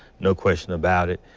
no question about it.